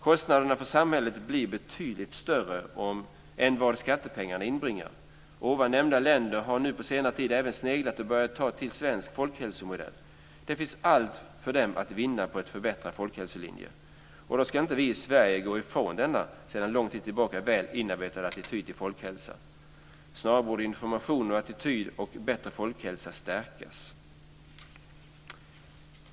Kostnaderna för samhället blir betydligt större än vad skattepengarna inbringar. Nämnda länder har på senare tid även sneglat på och börjat ta till svensk folkhälsomodell. Det finns allt för dem att vinna på en förbättrad folkhälsolinje. Då ska inte vi i Sverige gå ifrån denna sedan lång tid tillbaka väl inarbetade attityd till folkhälsan. Snarare borde information om och attityd till bättre folkhälsa stärkas.